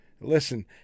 Listen